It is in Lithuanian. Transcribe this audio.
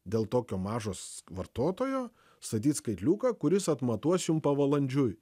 dėl tokio mažo vartotojo statyt skaitliuką kuris atmatuos jum pavalandžiui